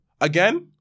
Again